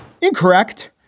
incorrect